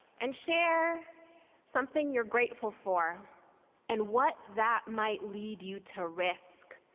and share something you're grateful for and what that might lead you to risk,